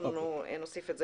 אנחנו נוסיף את זה.